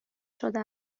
شده